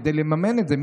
כדי לממן את זה,